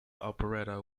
operetta